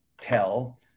tell